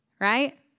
right